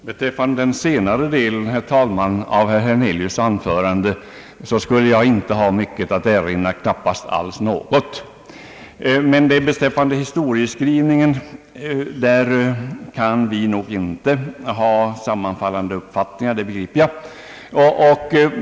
Herr talman! Mot den senare delen av herr Hernelius” anförande skulle jag knappast ha något att erinra. Men beträffande historieskrivningen kan vi nog inte ha sammanfallande uppfattningar.